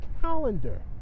calendar